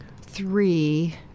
three